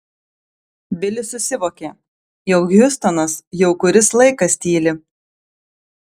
bilis susivokė jog hjustonas jau kuris laikas tyli